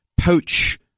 poach